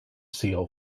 seal